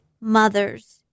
mothers